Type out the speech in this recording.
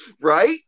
right